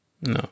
No